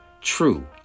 true